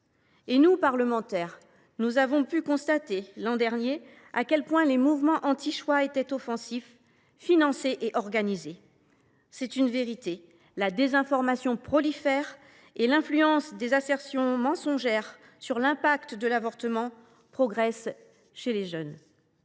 Nous, parlementaires, avons constaté l’an dernier à quel point les mouvements antichoix étaient offensifs, financés et organisés. C’est une vérité : la désinformation prolifère et l’influence des assertions mensongères sur l’impact de l’avortement progressent chez les jeunes.